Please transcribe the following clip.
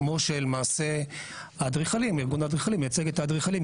כמו שלמעשה ארגון האדריכלים מייצג את האדריכלים,